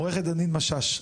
עורכת הדין משש,